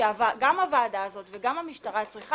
שגם הוועדה הזאת וגם המשטרה צריכה